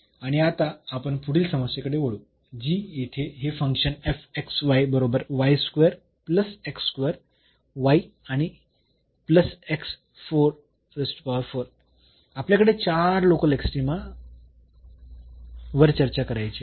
आणि आता आपण पुढील समस्येकडे वळू जी येथे हे फंक्शन बरोबर y square plus x square y आणि प्लस x 4 आहे आपल्याला चार लोकल एक्स्ट्रीमा वर चर्चा करायची आहे